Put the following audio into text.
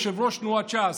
יושב-ראש תנועת ש"ס,